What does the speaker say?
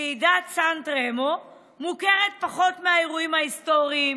ועידת סן רמו מוכרת פחות מהאירועים ההיסטוריים